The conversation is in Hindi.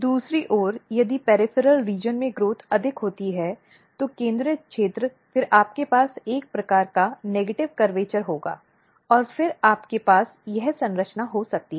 दूसरी ओर यदि परिधीय क्षेत्र में ग्रोथ अधिक होती है तो केंद्रीय क्षेत्र फिर आपके पास एक प्रकार का नकारात्मक कर्वेचर् होगा और फिर आपके पास यह संरचना हो सकती है